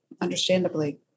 understandably